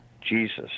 Jesus